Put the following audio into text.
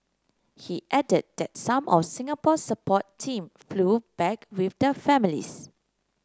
he added that some of Singapore support team flew back with the families